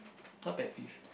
what pet peeve